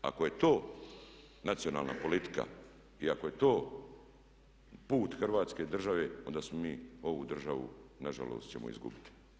Ako je to nacionalna politika i ako je to put Hrvatske države, onda smo mi ovu državu na žalost ćemo je izgubiti.